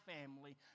family